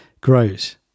grows